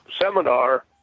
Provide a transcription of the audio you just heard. seminar